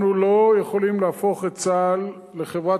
אנחנו לא יכולים להפוך את צה"ל לחברת